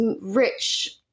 rich